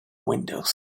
windows